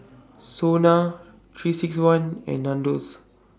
Sona three six one and Nandos